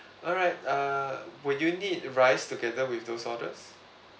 alright uh will you need rice together with those orders